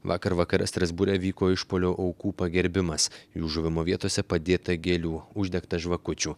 vakar vakare strasbūre vyko išpuolio aukų pagerbimas jų žuvimo vietose padėta gėlių uždegta žvakučių